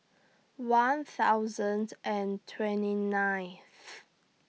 one thousand and twenty ninth